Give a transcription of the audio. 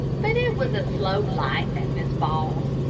but it was a slow life at miss ball's.